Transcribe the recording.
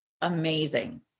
amazing